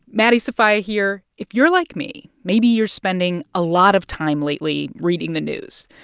maddie sofia here. if you're like me, maybe you're spending a lot of time lately reading the news,